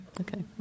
Okay